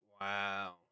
Wow